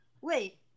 wait